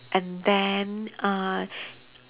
and then uh